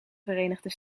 verenigde